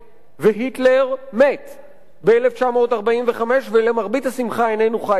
והיטלר מת ב-1945, ולמרבה השמחה איננו חי אתנו,